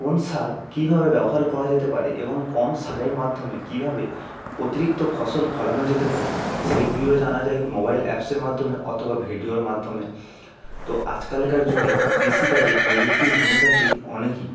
কোন সার কীভাবে ব্যবহার করা যেতে পারে এবং কম সারের মাধ্যমে কীভাবে অতিরিক্ত ফসল ফলানো যেতে পারে সেগুলিও জানা যায় মোবাইল অ্যাপসের মাধ্যমে অথবা ভিডিওর মাধ্যমে তো আজকালকার যুগে কৃষিকাজে প্রযুক্তির ভূমিকাটি অনেকই